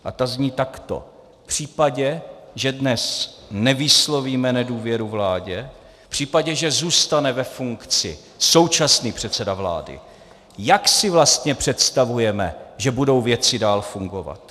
A ta zní takto: V případě, že dnes nevyslovíme nedůvěru vládě, v případě, že zůstane ve funkci současný předseda vlády, jak si vlastně představujeme, že budou věci dál fungovat?